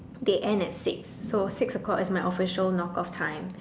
they end at six so six o-clock is my official knock off time